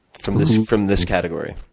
from this from this category?